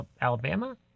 Alabama